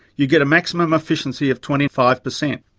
you get a maximum efficiency of twenty five percent.